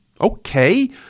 okay